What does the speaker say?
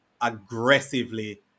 aggressively